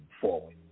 forward